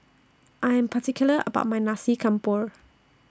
I Am particular about My Nasi Campur